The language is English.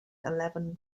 eleven